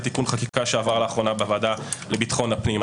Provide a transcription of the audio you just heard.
זה תיקון חקיקה שעבר לאחרונה בוועדה לביטחון הפנים.